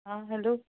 आं हॅलो